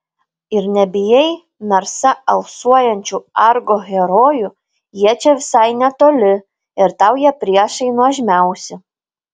ir nebijai narsa alsuojančių argo herojų jie čia visai netoli ir tau jie priešai nuožmiausi